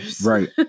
Right